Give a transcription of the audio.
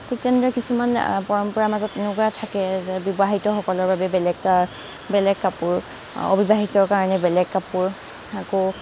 ঠিক তেনেদৰে কিছুমান পৰম্পৰাৰ মাজত এনেকুৱা থাকে যে বিবাহিতসকলৰ বাবে বেলেগ কা বেলেগ কাপোৰ অবিবাহিতৰ কাৰণে বেলেগ কাপোৰ আকৌ